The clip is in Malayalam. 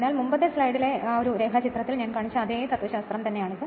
അതിനാൽ മുമ്പത്തെ സ്ലൈഡിലെ ഡയഗ്രാമിൽ ഞാൻ കാണിച്ച അതേ തത്വശാസ്ത്രം ഇതാണ്